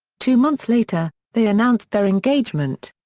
two months later, they announced their engagement.